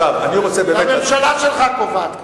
הממשלה שלך קובעת ככה.